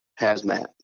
hazmat